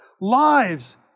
Lives